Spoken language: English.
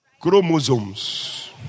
chromosomes